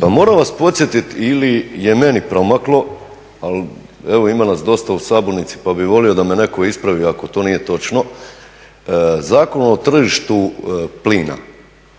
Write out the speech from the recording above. Pa moram vas podsjetiti ili je meni promaklo, ali evo ima nas dosta u sabornici pa bih volio da me netko ispravi ako to nije točno Zakon o tržištu plina